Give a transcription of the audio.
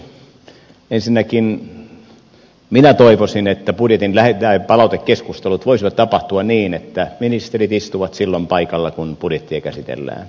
ensinnäkin minä toivoisin että budjetin palautekeskustelut voisivat tapahtua niin että ministerit istuvat silloin paikalla kun budjettia käsitellään